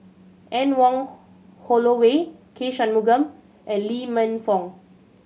Anne Wong Holloway K Shanmugam and Lee Man Fong